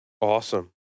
Awesome